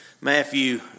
Matthew